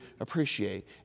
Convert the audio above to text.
appreciate